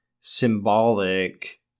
symbolic